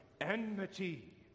enmity